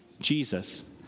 Jesus